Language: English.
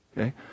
Okay